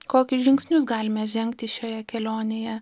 kokius žingsnius galime žengti šioje kelionėje